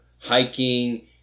hiking